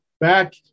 back